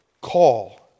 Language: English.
call